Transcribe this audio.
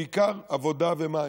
בעיקר עבודה ומים,